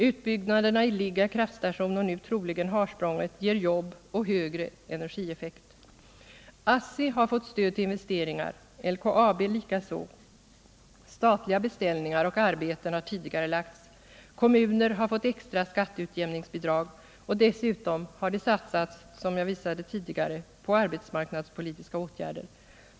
Utbyggnaden av Ligga kraftstation och nu troligen Harsprånget ger jobb och högre energieffekt. ASSI har fått stöd till investeringar, LKAB likaså. Statliga beställningar och arbeten har tidigarelagts. Kommuner har fått extra skatteutjämningsbidrag, och dessutom har det satsats, som jag visade tidigare, på arbetsmarknadspolitiska åtgärder.